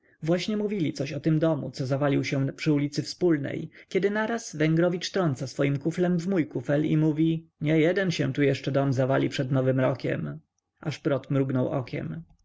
właśnie mówili coś o tym domu co zawalił się przy ulicy wspólnej kiedy naraz węgrowicz trąca swoim kuflem w mój kufel i mówi niejeden się to jeszcze dom zawali przed nowym rokiem a szprot mrugnął okiem